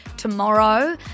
tomorrow